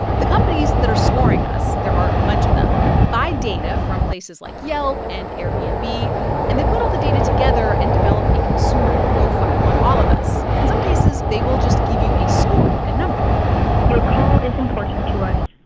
the companies that are scoring us there are a bunch of them buy data from places like yelp and airbnb, and they put all the data together and develop a consumer profile on all of us. in some cases, they will just give you a score, like a number your call is important to us.